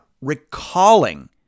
recalling